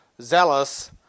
zealous